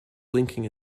blinking